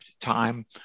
time